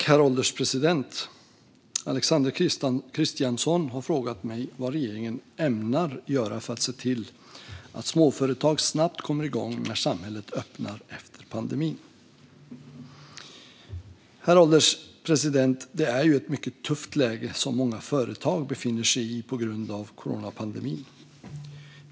Herr ålderspresident! Alexander Christiansson har frågat mig vad regeringen ämnar göra för att se till att småföretag snabbt kommer igång när samhället öppnar efter pandemin. Herr ålderspresident! Det är ett mycket tufft läge som många företag befinner sig i på grund av coronapandemin.